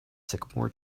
sycamore